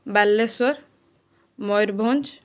Balasore Mayurbhanj